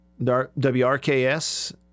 WRKS